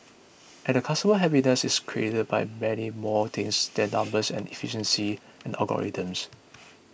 and a customer's happiness is created by many more things than numbers and efficiency and algorithms